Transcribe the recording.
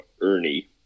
Ernie